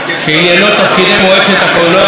שעניינו תפקידי מועצת הקולנוע,